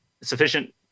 sufficient